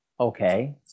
okay